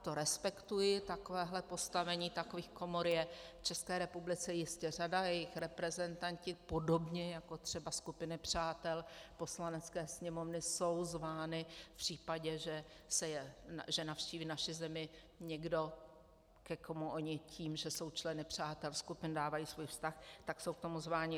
Ano, to respektuji, takovéhle postavení, takových komor je v České republice jistě řada a jejich reprezentanti, podobně jako třeba skupiny přátel Poslanecké sněmovny, jsou zváni v případě, že navštíví naši zemi někdo, ke komu oni tím, že jsou členy přátel skupin, dávají svůj vztah, tak jsou k tomu zváni.